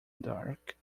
dark